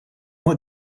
what